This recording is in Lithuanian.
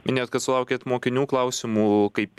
minėjot kad sulaukėt mokinių klausimų kaip